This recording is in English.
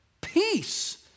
Peace